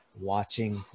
watching